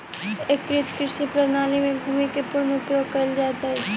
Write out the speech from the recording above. एकीकृत कृषि प्रणाली में भूमि के पूर्ण उपयोग कयल जाइत अछि